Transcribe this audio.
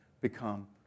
become